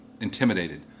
intimidated